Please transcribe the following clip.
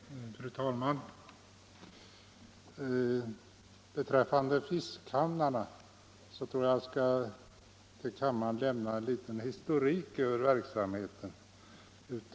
Fru talman! Beträffande fiskehamnarna vill jag lämna kammaren en liten historik över verksamheten.